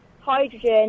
hydrogen